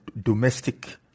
domestic